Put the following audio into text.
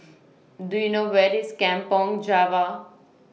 Do YOU know Where IS Kampong Java